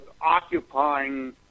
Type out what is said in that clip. occupying